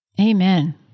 Amen